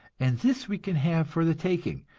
and this we can have for the taking.